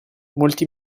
molti